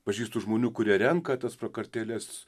pažįstu žmonių kurie renka tas prakartėles